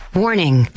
Warning